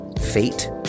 fate